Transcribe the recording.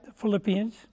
Philippians